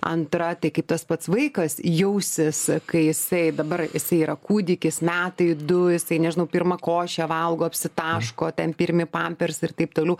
antra tai kaip tas pats vaikas jausis kai jisai dabar jisai kūdikis metai du jisai nežinau pirmą košę valgo apsitaško ten pirmi pampersai ir taip toliau